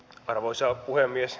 arvoisa puhemies